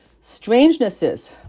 strangenesses